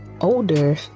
older